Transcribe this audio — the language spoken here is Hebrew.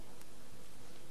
אדוני היושב-ראש אם אני לא טועה,